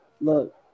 look